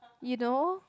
you know